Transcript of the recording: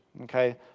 okay